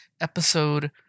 episode